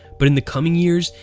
but in the coming years,